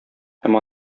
һәм